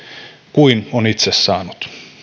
kuin on itse saanut